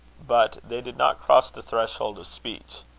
but they did not cross the threshold of speech.